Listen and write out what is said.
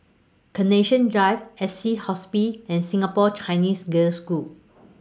Carnation Drive Assisi Hospice and Singapore Chinese Girls' School